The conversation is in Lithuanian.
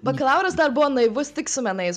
bakalauras dar buvo naivus tik su menais